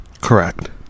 Correct